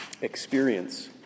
experience